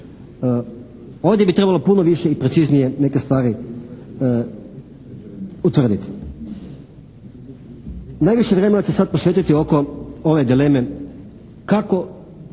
Ovdje bi trebalo puno više i preciznije neke stvari utvrditi. Najviše vremena ću sada posvetiti oko ove dileme kako